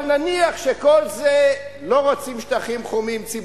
אבל נניח שכל זה לא, לא רוצים לעשות